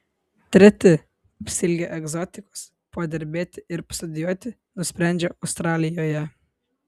treti pasiilgę egzotikos padirbėti ir pastudijuoti nusprendžia australijoje